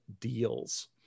deals